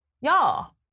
Y'all